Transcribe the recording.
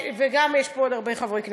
וגם יש פה עוד הרבה חברי כנסת,